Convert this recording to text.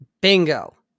Bingo